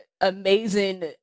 amazing